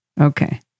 Okay